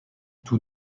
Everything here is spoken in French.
tous